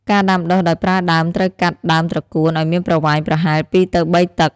ការដាំដុះដោយប្រើដើមត្រូវកាត់ ដើមត្រកួន ឲ្យមានប្រវែងប្រហែល ២ ទៅ ៣ តឹក។